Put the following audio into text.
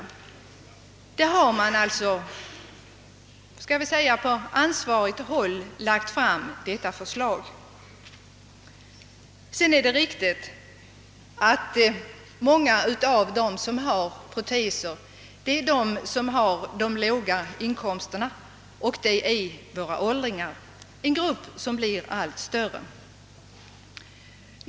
Detta förslag har alltså lagts fram från en representant för tandläkarhögskolan. Det är riktigt som redan sagts att många av dem som har proteser är folk med låga inkomster och åldringar, den senare gruppen kommer att bli allt större med den befolkningsutveckling vi har.